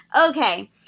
Okay